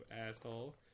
asshole